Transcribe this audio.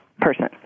person